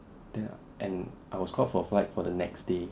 then and I was called up for a flight for the next day